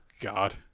God